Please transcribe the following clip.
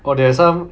!wah! there are some